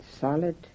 solid